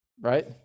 right